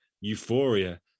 euphoria